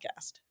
podcast